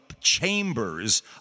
chambers